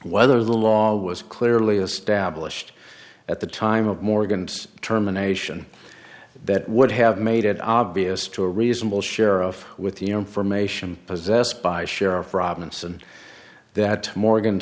whether the law was clearly established at the time of morgan's determination that would have made it obvious to a reasonable share of with the information possessed by sheriff robinson that morgan's